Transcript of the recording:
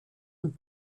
und